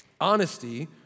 honesty